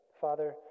Father